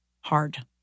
hard